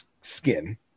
skin